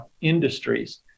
industries